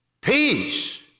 peace